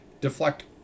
deflect